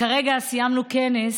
וכרגע סיימנו כנס